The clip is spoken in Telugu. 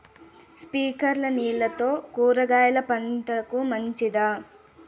స్ప్రింక్లర్లు నీళ్లతో కూరగాయల పంటకు మంచిదా?